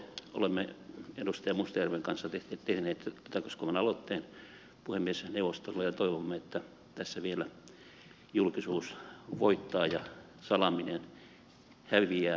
olemme edustaja mustajärven kanssa tehneet tätä koskevan aloitteen puhemiesneuvostolle ja toivomme että tässä vielä julkisuus voittaa ja salaaminen häviää